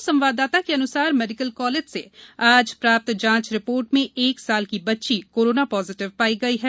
जबलपुर संवाददाता के अनुसार मेडीकल कॉलेज से आज प्राप्त जांच रिपोर्ट में एक साल की बच्ची कोरोना पॉजिटिव पाई गई है